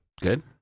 good